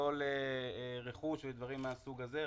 לא לרכוש ודברים מהסוג הזה.